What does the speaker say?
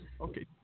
Okay